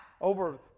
over